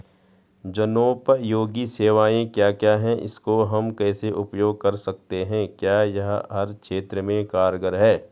जनोपयोगी सेवाएं क्या क्या हैं इसको हम कैसे उपयोग कर सकते हैं क्या यह हर क्षेत्र में कारगर है?